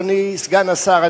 אדוני סגן השר,